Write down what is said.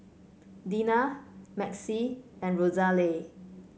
Dina Maxie and Rosalie